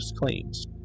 claims